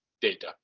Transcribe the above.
data